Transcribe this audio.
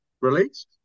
released